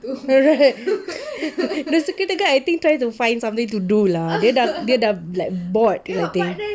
correct the security guard I think trying to find something to do lah dia dah dia dah like bored lah I think